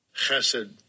chesed